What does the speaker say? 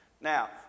Now